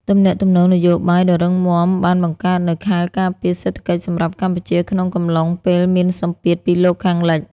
ទំនាក់ទំនងនយោបាយដ៏រឹងមាំបានបង្កើតនូវ "ខែលការពារ" សេដ្ឋកិច្ចសម្រាប់កម្ពុជាក្នុងកំឡុងពេលមានសម្ពាធពីលោកខាងលិច។